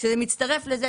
זה מצטרף לכך